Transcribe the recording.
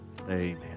amen